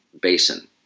basin